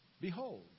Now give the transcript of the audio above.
Behold